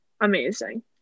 amazing